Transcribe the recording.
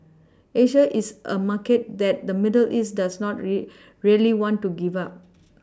Asia is a market that the middle east does not really want to give up